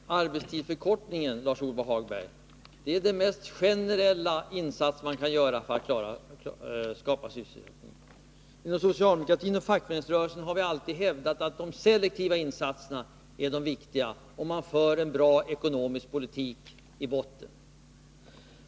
Fru talman! Arbetstidsförkortningen är den mest generella insats man kan göra för att skapa sysselsättning. Inom socialdemokratin och fackförenings rörelsen har vi alltid hävdat att det är de selektiva insatserna som är de viktiga, om man i botten har en bra ekonomisk politik.